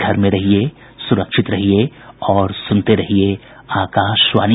घर में रहिये सुरक्षित रहिये और सुनते रहिये आकाशवाणी